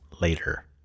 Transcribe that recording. later